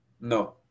No